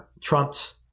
Trump's